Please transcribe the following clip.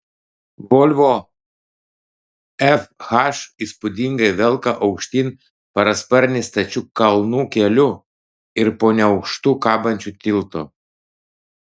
volvo fh įspūdingai velka aukštyn parasparnį stačiu kalnų keliu ir po neaukštu kabančiu tiltu